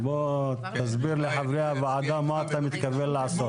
אז בוא, תסביר לחברי הוועדה מה אתה מתכוון לעשות.